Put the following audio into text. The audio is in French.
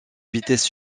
vitesse